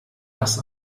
das